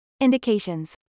Indications